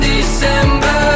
December